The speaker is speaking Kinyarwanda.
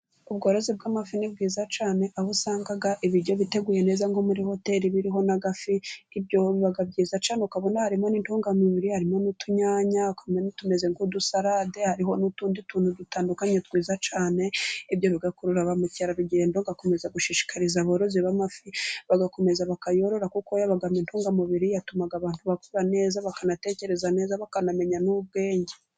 Ubworozi bw'amafi ni bwiza cyane. Aho usanga ibiryo biteguye neza nko muri hoteli biriho n'agafi. Ibyo biba byiza cyane ukabona harimo n'intungamubiri harimo n'utunyanya akabona tumeze nk'udusarade, hariho n'utundi tuntu dutandukanye twiza cyane. Ibyo bigakurura ba mukerarugendo. Bagakomeza gushishikariza abarozi b'amafi bagakomeza bakayorora kuko abamo intungamubiri. Atuma abantu bakura neza, bakanatekereza neza, bakanamenya n'ubwenge.